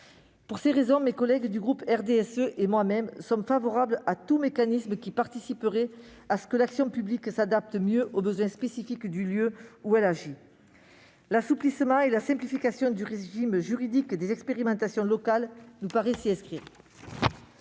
Pour ces raisons, mes collègues du groupe du RDSE et moi-même sommes favorables à tout mécanisme qui participerait à ce que l'action publique s'adapte mieux aux besoins spécifiques du lieu où elle est mise en oeuvre. L'assouplissement et la simplification du régime juridique des expérimentations locales nous paraissent s'inscrire